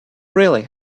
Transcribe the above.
really